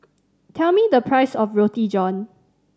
tell me the price of Roti John